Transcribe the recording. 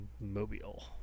Mobile